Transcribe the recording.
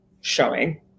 showing